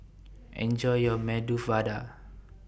Enjoy your Medu Vada